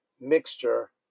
mixture